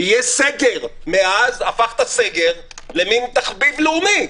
יהיה סגר הפך את הסגר למין תחביב לאומי,